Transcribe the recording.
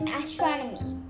astronomy